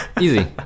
Easy